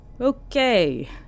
Okay